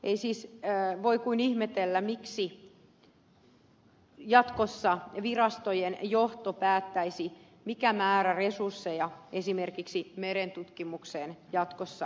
ei siis voi kuin ihmetellä miksi jatkossa virastojen johto päättäisi mikä määrä resursseja esimerkiksi merentutkimukseen jatkossa käytetään